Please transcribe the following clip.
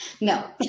No